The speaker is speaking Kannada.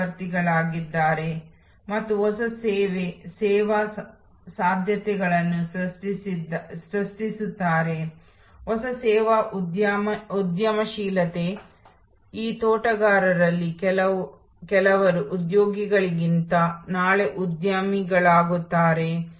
ಆದ್ದರಿಂದ ಹೊಸ ಸೇವಾ ಅಭಿವೃದ್ಧಿ ಚಕ್ರವು ಈ ರೀತಿ ಕಾಣುತ್ತದೆ ನಾವು ಮುಂದಿನ ಅಧಿವೇಶನದಲ್ಲಿ ಇದರ ಬಗ್ಗೆ ಹೆಚ್ಚು ವಿವರವಾದ ವಿವರಣೆಯನ್ನು ಪಡೆಯುತ್ತೇವೆ